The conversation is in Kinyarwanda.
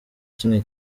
kimwe